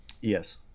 Yes